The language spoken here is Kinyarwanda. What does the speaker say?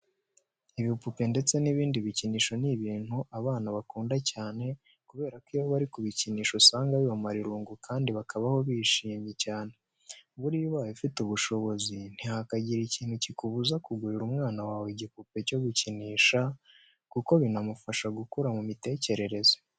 Ibipupe ndetse n'ibindi bikinisho ni ibintu abana bakunda cyane kubera ko iyo bari kubikinisha usanga bibamara irungu kandi bakabaho bishimye cyane. Buriya ubaye ufite ubushobozi ntihakagire ikintu kikubuza kugurira umwana wawe igipupe cyo gukinisha, kuko binamufasha gukura mu mitekerereze.